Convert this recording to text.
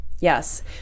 Yes